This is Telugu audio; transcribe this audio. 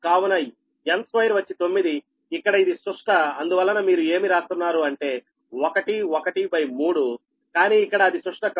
కావున n2 వచ్చి 9 ఇక్కడ ఇది సుష్ట అందువలన మీరు ఏమి రాస్తున్నారు అంటే 1 1 బై 3కానీ ఇక్కడ అది సుష్ట కాదు